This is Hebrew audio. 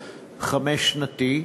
חמש-שנתית,